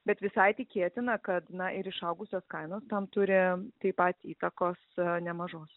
bet visai tikėtina kad na ir išaugusios kainos tam turi taip pat įtakos nemažos